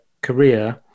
career